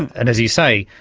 and, as you say,